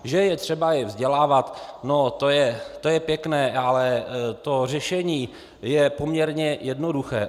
Že je třeba je vzdělávat, no to je pěkné, ale řešení je poměrně jednoduché.